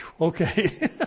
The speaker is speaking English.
okay